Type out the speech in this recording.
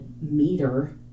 meter